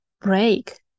break